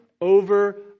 over